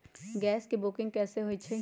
Gas के booking कैसे होईछई?